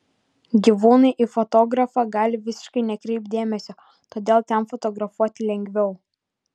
gyvūnai į fotografą gali visiškai nekreipti dėmesio todėl ten fotografuoti lengviau